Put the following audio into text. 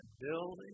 building